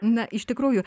na iš tikrųjų